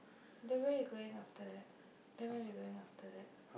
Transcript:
then where you going after that then where we going after that